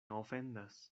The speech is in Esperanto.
ofendas